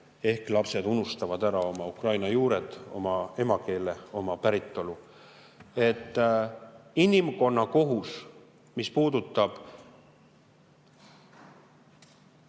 ehk lapsed unustavad ära oma ukraina juured, oma emakeele, oma päritolu. Inimkonna kohus, mis puudutab